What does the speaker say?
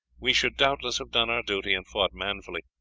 we should doubtless have done our duty and fought manfully.